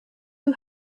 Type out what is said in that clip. who